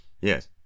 Yes